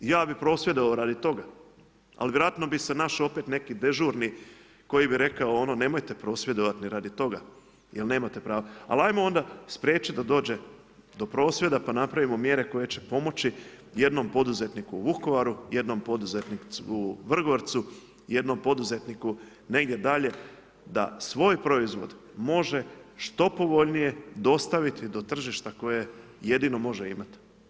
Ja bih prosvjedovao radi toga, ali vjerojatno bi se našao opet neki dežurni koji bi rekao ono nemojte prosvjedovat ni radi toga jer nemate pravo, ali ajmo onda spriječit da dođe do prosvjeda pa napravimo mjere koje će pomoći jednom poduzetniku u Vukovaru, jednom poduzetniku u Vrgorcu, jednom poduzetniku negdje dalje da svoj proizvod može što povoljnije dostaviti do tržišta koje jedino može imat.